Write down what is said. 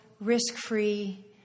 risk-free